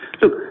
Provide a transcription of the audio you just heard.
Look